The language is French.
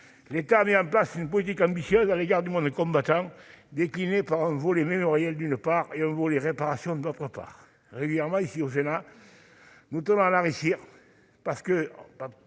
l'État a mis en place une politique ambitieuse à l'égard du monde combattant déclinée par un volet mémoriel, d'une part, et un volet réparation, d'autre part. Régulièrement, au Sénat, nous tenons à l'enrichir, parce que,